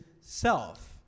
self